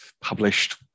published